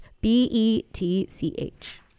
B-E-T-C-H